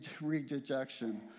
rejection